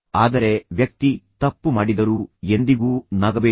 ಆದರೆ ವ್ಯಕ್ತಿ ತಪ್ಪು ಮಾಡಿದರೂ ಎಂದಿಗೂ ನಗಬೇಡಿ